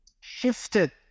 shifted